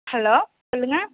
hello சொல்லுங்கள்